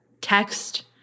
text